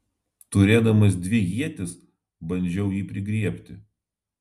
turėdamas dvi ietis bandžiau jį prigriebti